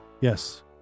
Yes